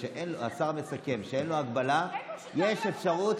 זה לא קשור, היא עולה, אופיר,